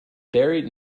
buried